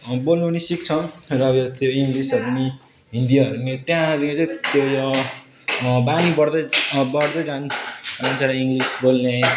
बोल्नु पनि सिक्छन् र यो त्यो इङ्लिसहरू पनि हिन्दीहरू पनि त्यहाँ यो जो त्यो यो बानी बढ्दै बढ्दै जान् जान्छ इङ्लिस बोल्ने